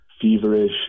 feverish